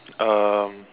um